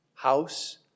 House